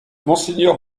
monseigneur